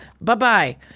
Bye-bye